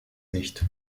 nicht